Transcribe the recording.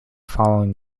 following